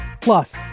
Plus